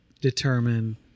determine